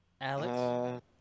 Alex